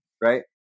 Right